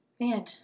Man